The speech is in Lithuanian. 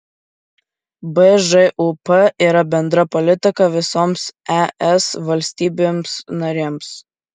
bžūp yra bendra politika visoms es valstybėms narėms